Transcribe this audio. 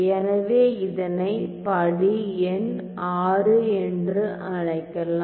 எனவே இதனை படி எண் VI என்று அழைக்கலாம்